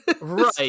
right